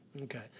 Okay